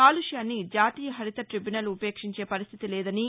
కాలుష్యాన్ని జాతీయ హరిత టైబ్యునల్ ఉపేక్షించే పరిస్దితి లేదని